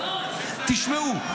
תשמעו,